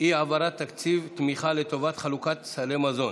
אי-העברת תקציב תמיכה לטובת חלוקת סלי מזון.